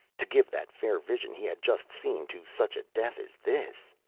to give that fair vision he had just seen to such a death as this!